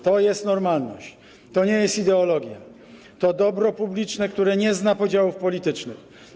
To jest normalność, to nie jest ideologia, to dobro publiczne, które nie zna podziałów politycznych.